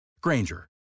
Granger